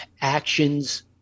Actions